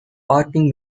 parking